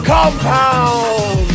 Compound